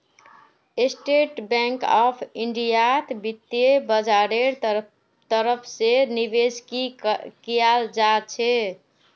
state Bank of इन्डियात वित्तीय बाजारेर तरफ से निवेश भी कियाल जा छे